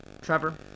Trevor